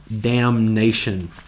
damnation